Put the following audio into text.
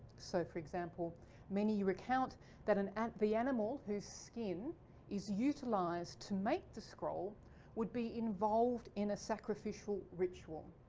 so for example many you recount that an an the animal whose skin is utilized to make the scroll would be involved in a sacrificial ritual.